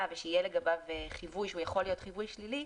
ושיהיה לגביו חיווי שיכול להיות חיווי שלילי,